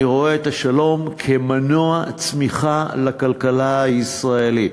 אני רואה את השלום כמנוע צמיחה לכלכלה הישראלית.